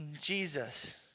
Jesus